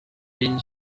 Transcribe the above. been